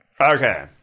Okay